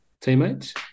teammates